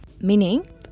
Meaning